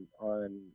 on